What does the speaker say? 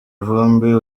vumbi